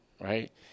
right